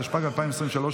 התשפ"ג 2023,